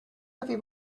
even